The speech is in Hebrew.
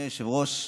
אדוני היושב-ראש,